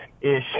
ish